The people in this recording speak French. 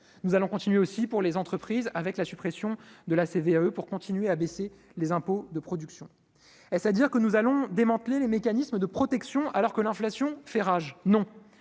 nous allons continuer aussi pour les entreprises avec la suppression de la CVAE pour continuer à baisser les impôts de production est dire que nous allons démanteler les mécanismes de protection alors que l'inflation fait rage non,